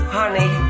honey